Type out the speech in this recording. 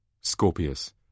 Scorpius